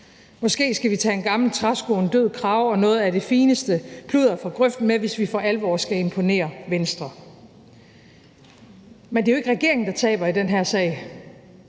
Måske skal vi tage en gammel træsko og en død krage og noget af det fineste pludder fra grøften med, hvis vi for alvor skal imponere Venstre. Kl. 22:46 Men det er jo ikke regeringen, der taber i den her sag